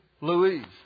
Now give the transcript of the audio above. Louise